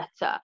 better